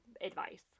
advice